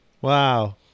Wow